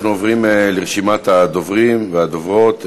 אנחנו עוברים לרשימת הדוברים והדוברות.